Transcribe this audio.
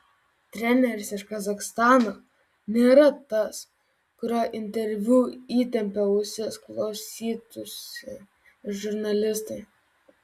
treneris iš kazachstano nėra tas kurio interviu įtempę ausis klausytųsi žurnalistai